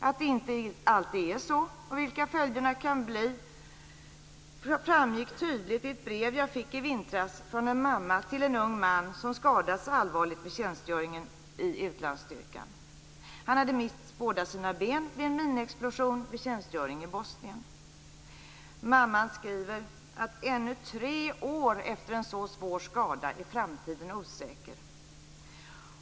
Att det inte alltid är så och vilka följderna kan bli framgick tydligt i ett brev som jag fick i vintras från en mamma till en ung man som skadats allvarligt vid tjänstgöringen i utlandsstyrkan. Han hade mist båda sina ben vid en minexplosion vid tjänstgöring i Bosnien. Mamman skriver att ännu tre år efter en så svår skada är framtiden osäker.